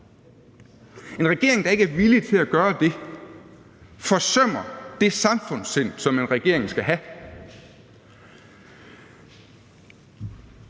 En regering, der ikke er villig til at gøre det, forsømmer det samfundssind, som en regering skal have.